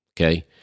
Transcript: okay